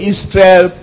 Israel